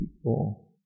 people